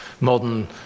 modern